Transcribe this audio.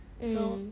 mm